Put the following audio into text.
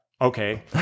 okay